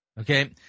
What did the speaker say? Okay